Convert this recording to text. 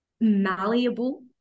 malleable